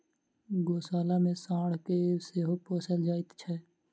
गोशाला मे साँढ़ के सेहो पोसल जाइत छै